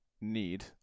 need